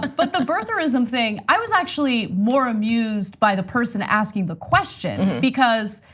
but the birtherism thing, i was actually more amused by the person asking the question because,